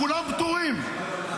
כולם פטורים.